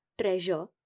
treasure